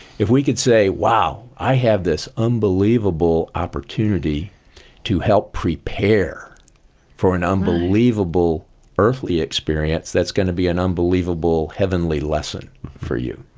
if we could say, wow, i have this unbelievable opportunity to help prepare for an unbelievable earthly experience that's going to be an unbelievable heavenly lesson for you.